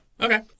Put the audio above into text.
Okay